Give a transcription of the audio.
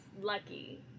lucky